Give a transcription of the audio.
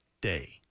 day